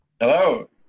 Hello